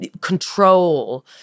control